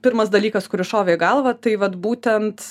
pirmas dalykas kuris šovė į galvą tai vat būtent